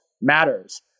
matters